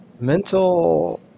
mental